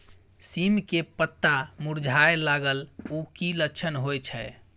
सीम के पत्ता मुरझाय लगल उ कि लक्षण होय छै?